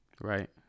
Right